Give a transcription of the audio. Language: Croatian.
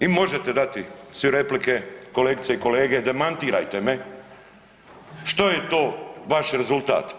I možete dati svi replike kolegice i kolege, demantirajte me što je to vaš rezultat.